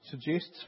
suggests